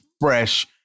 fresh